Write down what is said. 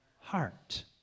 heart